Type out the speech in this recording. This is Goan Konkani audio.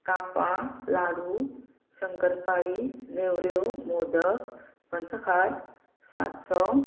कापां लाडू शंकरपाळी नेवऱ्यो मोदक पंचखाद सासंव